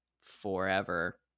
forever